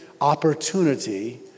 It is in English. opportunity